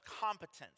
competence